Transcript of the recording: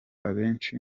abenshi